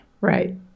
Right